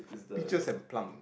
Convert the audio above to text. pictures and plant